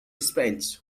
sprints